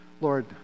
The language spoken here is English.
Lord